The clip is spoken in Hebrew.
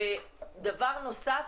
דבר נוסף,